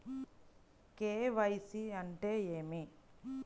KYC అంటే ఏమి?